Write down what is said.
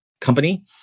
company